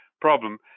problem